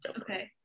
okay